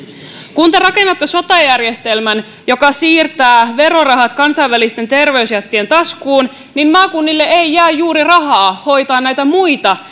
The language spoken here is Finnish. kun te rakennatte sote järjestelmän joka siirtää verorahat kansainvälisten terveysjättien taskuun niin maakunnille ei jää juuri rahaa hoitaa näitä muita